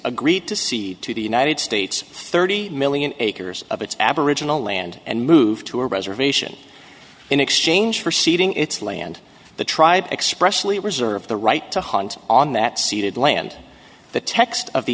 agreed to cede to the united states thirty million acres of its aboriginal land and move to a reservation in exchange for seeding its land the tribe expressly reserve the right to hunt on that ceded land the text of the